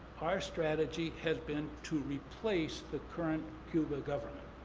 our strategy has been to replace the current cuba government.